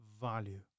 value